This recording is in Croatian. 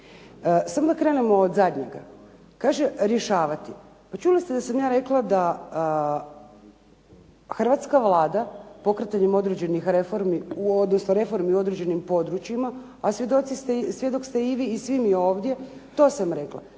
Samo da krenemo od zadnjega. Kaže rješavati. Pa čuli ste da sam ja rekla da hrvatska Vlada pokretanjem određenih reformi, odnosno reformi u određenim područjima, a svjedok ste i vi i svi mi ovdje. To sam rekla.